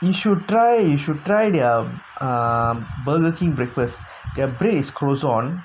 you should try you should try their ah Burger King breakfast their bread is croissant